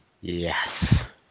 Yes